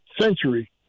century